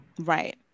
Right